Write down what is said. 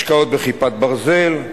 השקעות ב"כיפת ברזל"